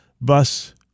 bus